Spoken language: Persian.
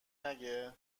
نگه